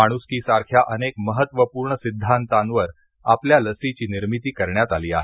माणूसकी सारख्या अनेक महत्वपूर्ण सिद्धांतांवर आपल्या लसीची निर्मिती करण्यात आली आहे